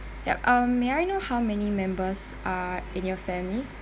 ya um may I know how many members are in your family